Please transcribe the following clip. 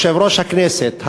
יושב-ראש הכנסת,